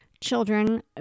Children